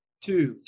Two